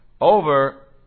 over